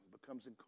becomes